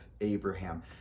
Abraham